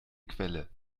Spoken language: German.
quelle